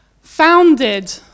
founded